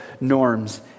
norms